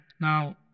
Now